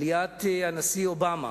עליית הנשיא אובמה,